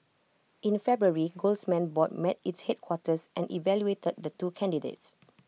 in February golds man's board met its headquarters and evaluated the two candidates